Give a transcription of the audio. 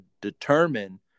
determine